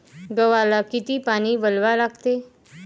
गव्हाले किती पानी वलवा लागते?